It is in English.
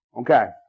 Okay